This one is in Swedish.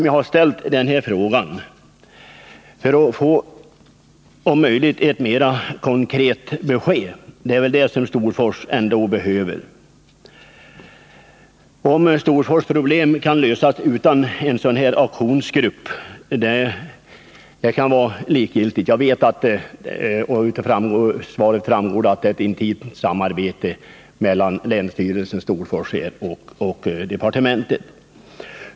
Jag har ställt den här frågan för att om möjligt få ett mera konkret besked; det är väl ändå det som Storfors behöver. Om Storfors problem kan lösas utan en sådan här aktionsgrupp kan det vara lika bra. Jag vet att — och det framgår också av svaret — det förekommer ett intimt samarbete mellan länsstyrelsen, Storfors och departementet.